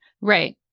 Right